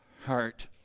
heart